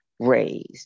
raised